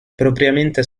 propriamente